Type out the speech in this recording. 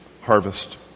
harvest